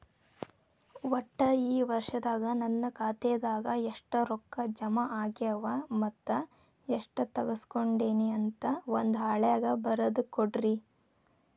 ಒಟ್ಟ ಈ ವರ್ಷದಾಗ ನನ್ನ ಖಾತೆದಾಗ ಎಷ್ಟ ರೊಕ್ಕ ಜಮಾ ಆಗ್ಯಾವ ಮತ್ತ ಎಷ್ಟ ತಗಸ್ಕೊಂಡೇನಿ ಅಂತ ಒಂದ್ ಹಾಳ್ಯಾಗ ಬರದ ಕೊಡ್ರಿ